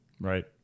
Right